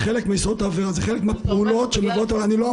אומר רק שני דברים מבחינת סדר הדברים: באת כוחו של